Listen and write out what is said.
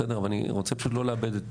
אבל אני רוצה פשוט לא לאבד את